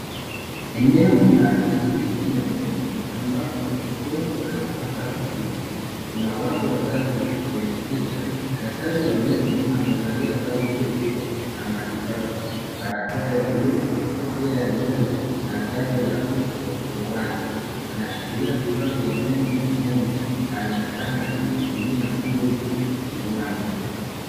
Eneo la kliniki ya meno ambapo mgonjwa anapata huduma. Kuna watu watatu kwenye picha. Daktari wa meno amevalia koti jeupe, la matibabu, barakoa ya buluu, kofia ya nywele na ngao ya uso wazi. Anashikilia vifaa vya meno mkononi na anaonekana akimhudumia mgonjwa kinywani.